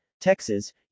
Texas